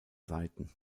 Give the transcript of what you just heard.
seiten